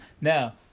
Now